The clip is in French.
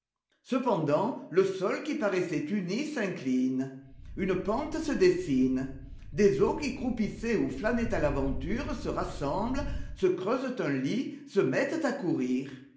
cependant le sol qui paraissait uni s'incline une pente se dessine des eaux qui croupissaient ou flânaient à l'aventure se rassemblent se creusent un lit se mettent à courir